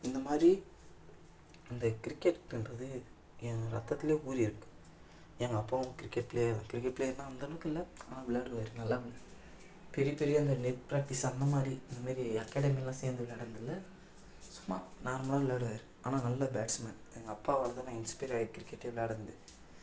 இந்த மாதிரி இந்த கிரிக்கெட்டுன்றது ஏன் ரத்தத்துலயே ஊறிருக்கு எங்கள் அப்பாவும் கிரிக்கெட் பிளேயர் தான் கிரிக்கெட் பிளேயர்னா அந்த அளவுக்கு இல்லை ஆனால் விளையாடுவாரு நல்லா பெரிய பெரிய அந்த நெட் ப்ராக்டீஸ் அந்த மாதிரி இந்த மாதிரி அக்காடமிலாம் சேர்ந்து விளையாடுனதில்லை சும்மா நார்மலாக விளாடுவார் ஆனால் நல்ல பேட்ஸ்மேன் எங்கள் அப்பாவால் தான் நான் இன்ஸ்பியர் ஆயி கிரிக்கெட்டே விளாடுனது